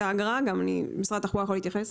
משרד התחבורה יכול להתייחס.